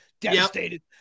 Devastated